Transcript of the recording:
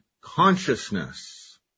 consciousness